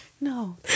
no